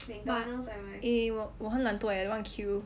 eh 我很懒惰 leh I don't want queue